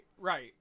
right